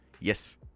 Yes